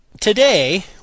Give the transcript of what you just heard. Today